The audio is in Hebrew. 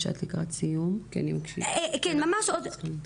אחרת לא יהיה לי איך לממן